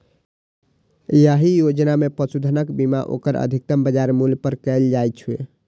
एहि योजना मे पशुधनक बीमा ओकर अधिकतम बाजार मूल्य पर कैल जाइ छै